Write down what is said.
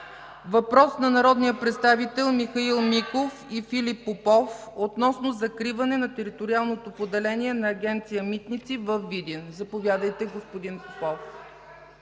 въпрос от народните представители Михаил Миков и Филип Попов относно закриване на териториалното поделение на Агенция „Митници” във Видин. Заповядайте, господин Попов.